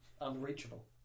unreachable